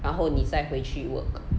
然后你再回去 work